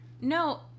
No